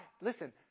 Listen